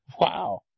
Wow